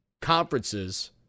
conferences